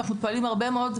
ואנחנו פועלים הרבה מאוד,